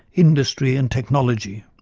industry, and technology.